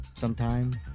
Sometime